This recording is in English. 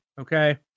okay